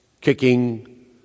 kicking